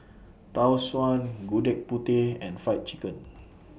Tau Suan Gudeg Putih and Fried Chicken